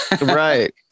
right